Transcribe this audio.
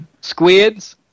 Squids